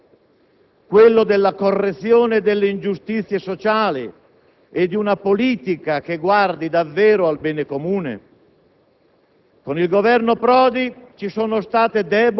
Quando comincerà il secondo tempo, quello della correzione delle ingiustizie sociali e di una politica che guardi davvero al bene comune?